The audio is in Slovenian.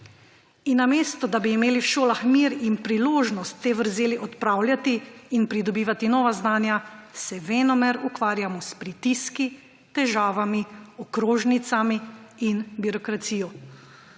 In namesto da bi imeli v šolah mir in priložnost te vrzeli odpravljati in pridobivati nova znanja, se venomer ukvarjamo s pritiski, težavami, okrožnicami in birokracijo